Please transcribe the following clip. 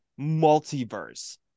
multiverse